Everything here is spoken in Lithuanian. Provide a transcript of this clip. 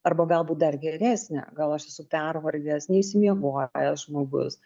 arba galbūt dar geresnę gal aš esu pervargęs neišsimiegojęs žmogus